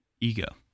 Ego